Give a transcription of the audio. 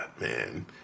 man